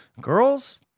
Girls